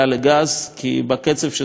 כי בקצב שזה מתבצע,